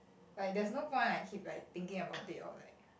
like there's no point like keep like thinking about it or like